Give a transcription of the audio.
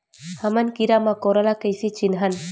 हमन कीरा मकोरा ला कइसे चिन्हन?